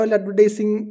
advertising